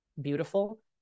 beautiful